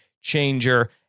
changer